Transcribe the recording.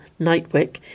Nightwick